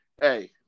Hey